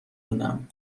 مونم